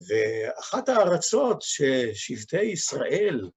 ואחת הארצות ששבטי ישראל